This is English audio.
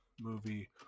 movie